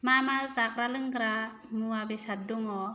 मा मा जाग्रा लोंग्रा मुवा बेसाद दङ